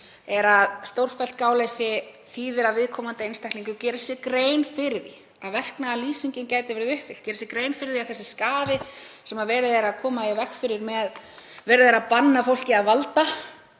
er að stórfellt gáleysi þýðir að viðkomandi einstaklingur geri sér grein fyrir því að verknaðarlýsingin gæti verið uppfyllt, geri sér grein fyrir því að sá skaði sem verið er að koma í veg fyrir, verið er að banna fólki að valda,